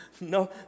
no